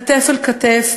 כתף אל כתף